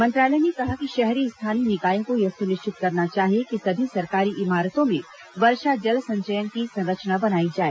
मंत्रालय ने कहा कि शहरी स्थानीय निकायों को यह सुनिश्चित करना चाहिए कि सभी सरकारी इमारतों में वर्षा जल संचयन की संरचना बनाई जाए